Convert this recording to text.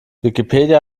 wikipedia